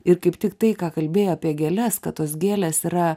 ir kaip tiktai ką kalbėjo apie gėles kad tos gėlės yra